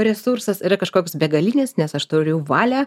resursas yra kažkoks begalinis nes aš turiu valią